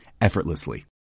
effortlessly